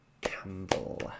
Campbell